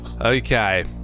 Okay